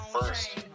first